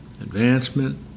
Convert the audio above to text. Advancement